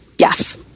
Yes